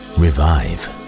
revive